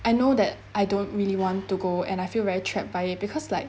I know that I don't really want to go and I feel very trapped by it because like